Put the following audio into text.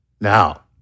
Now